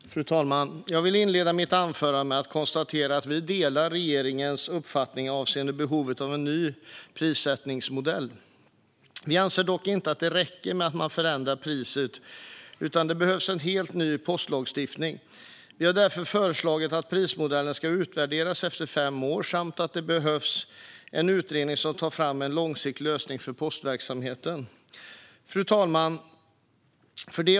Ett ändrat pris-höjningstak för frimärkta brev Fru talman! Jag vill inleda mitt anförande med att konstatera att vi delar regeringens uppfattning avseende behovet av en ny prissättningsmodell. Vi anser dock inte att det räcker med att man förändrar priset, utan det behövs en helt ny postlagstiftning. Vi har därför föreslagit att prismodellen ska utvärderas efter fem år och menar också att det behövs en utredning som tar fram en långsiktig lösning för postverksamheten. Ett ändrat pris-höjningstak för frimärkta brev Fru talman!